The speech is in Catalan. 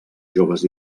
joves